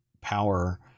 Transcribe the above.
power